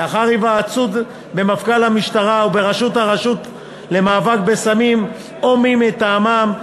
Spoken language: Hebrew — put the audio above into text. לאחר היוועצות במפכ"ל המשטרה ובראש הרשות למאבק בסמים או מי מטעמם,